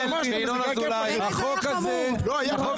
החוק הזה היה חוק